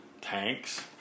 tanks